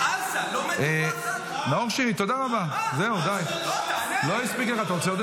גלעד קריב (העבודה): איפה מטולה וקריית שמונה?